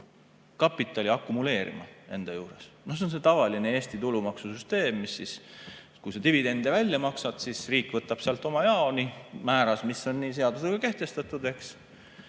kapitali akumuleerima enda juures. See on see tavaline Eesti tulumaksu süsteem, et kui sa dividende välja maksad, siis riik võtab sealt oma jao määras, mis on seadusega kehtestatud, ja